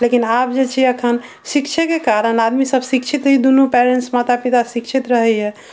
लेकिन आब जे छै अखन शिक्षेके कारण आदमी सब शिक्षित हइ दुनू पेरेंट्स माता पिता शिक्षित रहैया